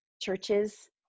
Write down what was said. churches